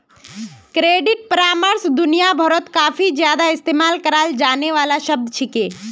credit परामर्श दुनिया भरत काफी ज्यादा इस्तेमाल कराल जाने वाला शब्द छिके